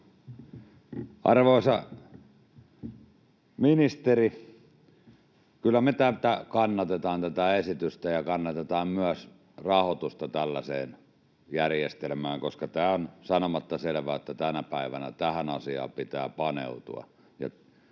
Arvoisa ministeri, kyllä me kannatetaan tätä esitystä ja kannatetaan myös rahoitusta tällaiseen järjestelmään, koska on sanomatta selvää, että tänä päivänä tähän asiaan pitää paneutua.